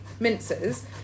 mincers